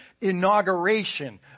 inauguration